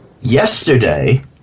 Yesterday